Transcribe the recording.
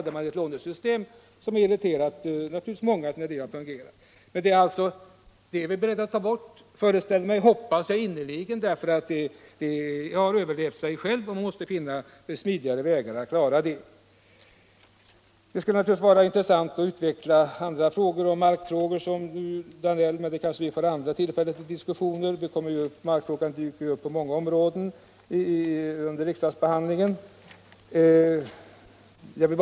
Det lånesystemet har naturligtvis irriterat många när det har varit i funktion. Men vi är beredda att ta bort det. Det har överlevt sig självt, och det måste finnas smidigare vägar att klara dithörande problem. Det skulle vara intressant att utveckla de markfrågor som herr Danell tar upp, men vi kanske får andra tillfällen till diskussioner. Markfrågan dyker upp på många områden under riksdagsbehandlingen av olika ärenden.